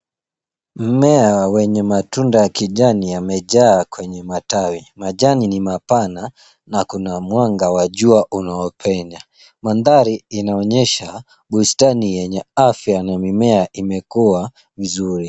Mmea wenye matunda ya kijani yamejaa kwenye matawi. Majani ni mapana na kuna mwanga wa jua unaopenya. Mandhari inaonyesha bustani yenye afya na mimea imekua vizuri.